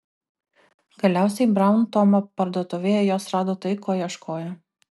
galiausiai braun tomo parduotuvėje jos rado tai ko ieškojo